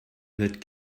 that